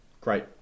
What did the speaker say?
great